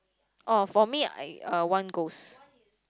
orh for me I uh one ghost